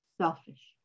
Selfish